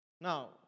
Now